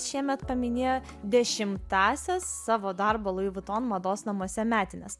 šiemet paminėjo dešimtąsias savo darbo lui vuitton mados namuose metines